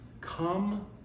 Come